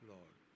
Lord